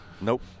Nope